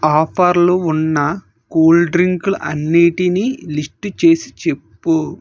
ఆఫర్లు ఉన్న కూల్ డ్రింకులు అన్నిటినీ లిస్టు చేసి చెప్పు